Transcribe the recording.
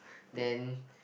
then